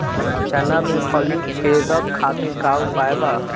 चना में फली छेदक खातिर का उपाय बा?